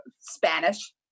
Spanish